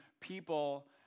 people